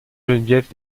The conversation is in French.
geneviève